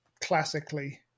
classically